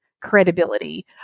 credibility